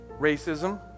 racism